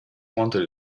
wanted